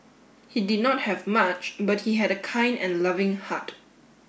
he did not have much but he had a kind and loving heart